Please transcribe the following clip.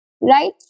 Right